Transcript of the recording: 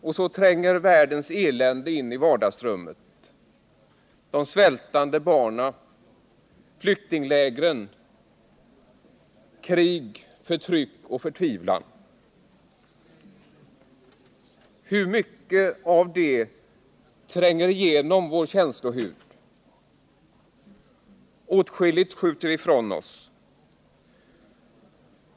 Och så tränger sig världens elände in i vardagsrummet: de svältande barnen, flyktinglägren, krig, förtryck och förtvivlan. Hur mycket av det tränger igenom vår känslohud? Åtskilligt skjuter vi ifrån oss.